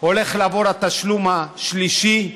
הולך לעבור התשלום השלישי,